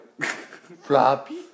Floppy